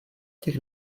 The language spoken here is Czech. těch